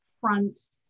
fronts